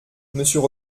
monsieur